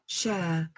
share